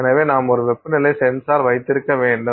எனவே நாம் ஒரு வெப்பநிலை சென்சார் வைத்திருக்க வேண்டும்